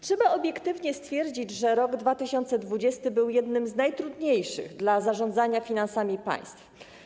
Trzeba obiektywnie stwierdzić, że rok 2020 był jednym z najtrudniejszych dla zarządzania finansami państw.